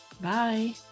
Bye